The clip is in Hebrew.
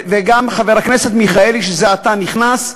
וגם חבר הכנסת מיכאלי, שזה עתה נכנס.